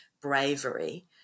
bravery